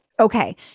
Okay